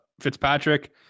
Fitzpatrick